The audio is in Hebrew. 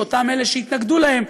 ואותם אלה שהתנגדו להם,